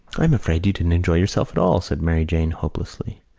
i am afraid you didn't enjoy yourself at all, said mary jane hopelessly.